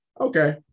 okay